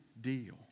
deal